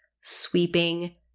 sweeping